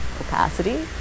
opacity